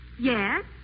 Yes